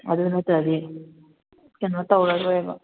ꯑꯗꯨ ꯅꯠꯇ꯭ꯔꯗꯤ ꯀꯩꯅꯣ ꯇꯧꯔꯔꯣꯏꯕ